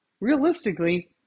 Realistically